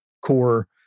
core